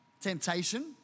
temptation